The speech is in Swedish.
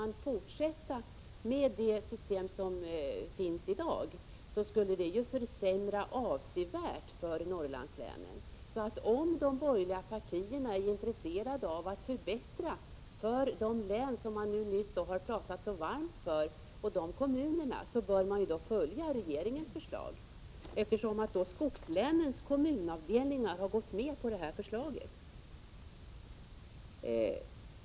Att fortsätta med det system som finns i dag skulle innebära att situationen försämrades avsevärt för Norrland. Om de borgerliga partierna är intresserade av att förbättra för de län och de kommuner som man nyss har pratat så varmt för, bör de följa regeringens förslag, eftersom skogslänens kommunavdelningar har gått med på det förslaget.